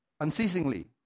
unceasingly